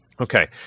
Okay